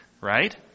right